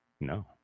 No